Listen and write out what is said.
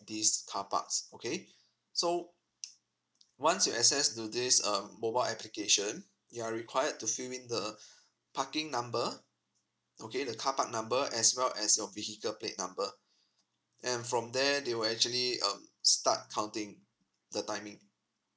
these carparks okay so once you access to this um mobile application you are required to fill in the parking number okay the carpark number as well as your vehicle plate number then from there they will actually um start counting the timing